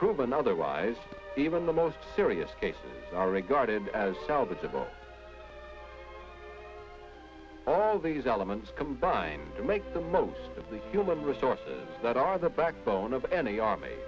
proven otherwise even the most serious cases are regarded as salvageable all these elements combine to make the most of the human resources that are the backbone of any army